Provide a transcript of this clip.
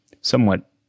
somewhat